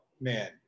man